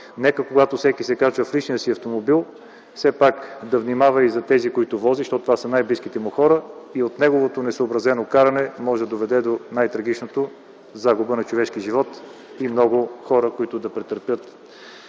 Нека когато всеки се качва в личния си автомобил, да внимава и за тези, които вози, защото това са най-близките му хора и от неговото несъобразено каране може да се стигне до тай-трагичното – загуба на човешки живот и много хора да претърпят